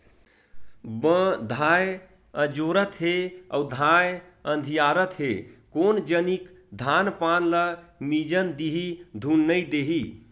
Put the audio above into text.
बंधाए अजोरत हे अउ धाय अधियारत हे कोन जनिक धान पान ल मिजन दिही धुन नइ देही